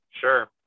Sure